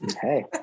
Hey